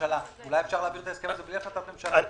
אולי אפשר להעביר את ההסכם הזה בלי החלטת ממשלה.